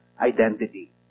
identity